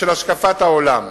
ושל השקפת העולם.